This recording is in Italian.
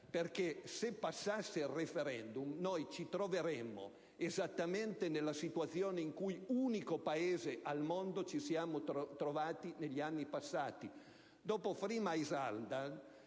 perché, se passasse il *referendum*, ci troveremmo esattamente nella situazione in cui, unico Paese al mondo, ci siamo trovati negli anni passati.